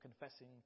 confessing